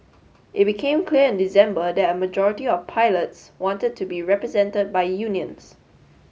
it became clear in December that a majority of pilots wanted to be represented by unions